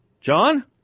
John